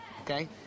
okay